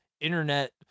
Internet